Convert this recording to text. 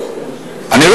א.